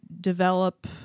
develop